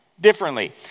differently